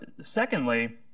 Secondly